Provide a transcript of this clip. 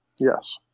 Yes